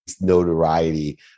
notoriety